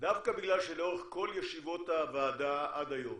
דווקא בגלל שלאורך כל ישיבות הוועדה עד היום,